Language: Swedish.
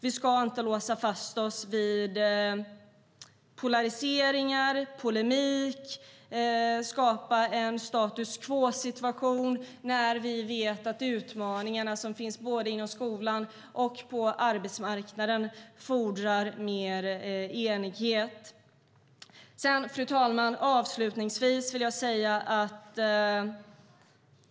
Vi ska inte låsa fast oss vid polariseringar och polemik och skapa en status quo-situation när vi vet att de utmaningar som finns både inom skolan och på arbetsmarknaden fordrar större enighet. Fru talman!